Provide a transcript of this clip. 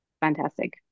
fantastic